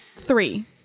Three